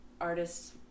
artists